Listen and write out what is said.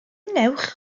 wnewch